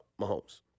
Mahomes